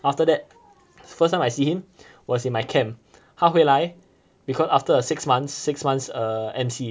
after that first time I see him was in my camp 他回来 because after a six months six months uh M_C